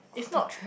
it's not